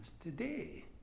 today